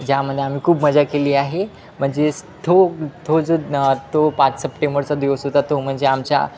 ज्यामध्ये आम्ही खूप मजा केली आहे म्हणजेच तो तो जो तो पाच सप्टेंबरचा दिवस होता तो म्हणजे आमच्या